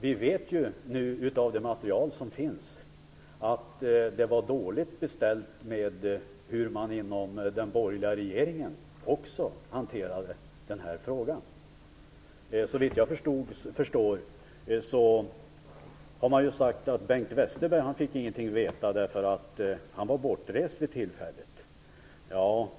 Vi vet nu genom det material som finns att det var dåligt beställt också med hur man inom den borgerliga regeringen i övrigt hanterade den här frågan. Man har sagt att Bengt Westerberg inte fick veta någonting därför att han var bortrest vid tillfället.